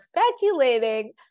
speculating